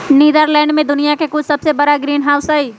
Netherlands में दुनिया के कुछ सबसे बड़ा ग्रीनहाउस हई